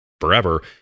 forever